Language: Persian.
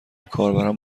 کاربران